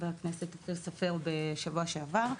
היו"ר עודד סופר בשבוע שעבר,